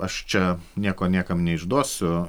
aš čia nieko niekam neišduosiu